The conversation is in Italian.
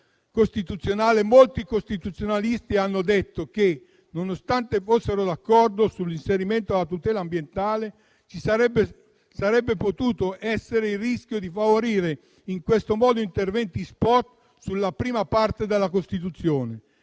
molti costituzionalisti hanno detto che, nonostante fossero d'accordo sull'inserimento della tutela ambientale, avrebbe potuto esserci il rischio di favorire in questo modo interventi *spot* sulla prima parte della Costituzione.